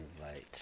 invite